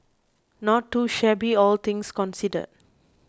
not too shabby all things considered